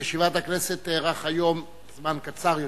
ישיבת הכנסת תארך היום זמן קצר יותר.